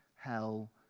hell